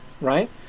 right